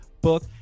book